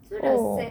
oh